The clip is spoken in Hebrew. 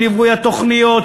של ליווי התוכניות,